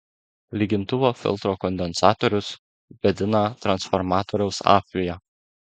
lygintuvo filtro kondensatorius gadina transformatoriaus apviją